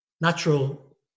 natural